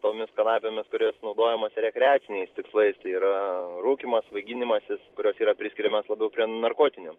tomis kanapėmis kurios naudojamos rekreaciniais tikslais tai yra rūkymas svaiginimasis kurios yra priskiriamos labiau prie narkotinių